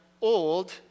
old